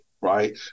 right